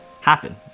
happen